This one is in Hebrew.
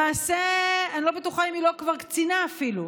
למעשה אני לא בטוחה אם היא לא קצינה כבר אפילו,